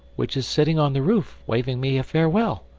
which is sitting on the roof, waving me a farewell.